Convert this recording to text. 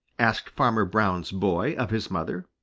asked farmer brown's boy of his mother.